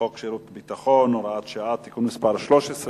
שירות ביטחון (הוראת שעה) (תיקון מס' 13),